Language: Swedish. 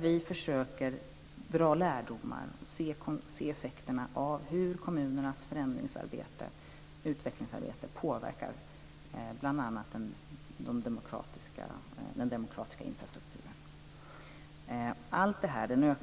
Vi försöker dra lärdomar och se effekterna av hur kommunernas förändringsarbete och utvecklingsarbete påverkar bl.a. den demokratiska infrastrukturen. Allt det här,